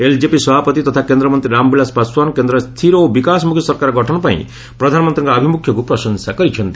LJP ସଭାପତି ତଥା କେନ୍ଦ୍ରମନ୍ତ୍ରୀ ରାମବିଳାସ ପାଶ୍ୱାନା କେନ୍ଦ୍ରରେ ସ୍କିର ଓ ବିକାଶମ୍ରଖୀ ସରକାର ଗଠନ ପାଇଁ ପ୍ରଧାନମନ୍ତ୍ରୀଙ୍କ ଆଭିମୁଖ୍ୟକୁ ପ୍ରଶଂସା କରିଛନ୍ତି